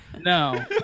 No